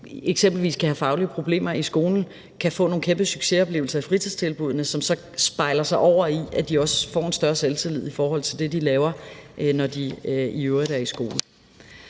eksempelvis kan have faglige problemer i skolen, kan få nogle kæmpe succesoplevelser i fritidstilbuddene, som så spejler sig over i, at de også får en større selvtillid i forhold til det, de laver, når de er i skole.